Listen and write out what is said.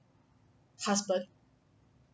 husband